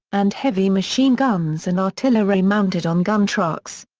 and heavy machine guns and artillery mounted on gun trucks.